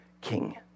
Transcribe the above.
king